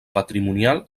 patrimonial